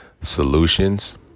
solutions